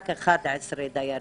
רק 11 דיירים?